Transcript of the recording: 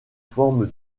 forme